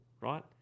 right